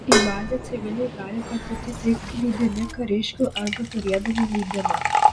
į bazę civiliai gali patekti tik lydimi kariškių arba turėdami leidimą